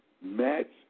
match